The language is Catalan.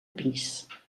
pis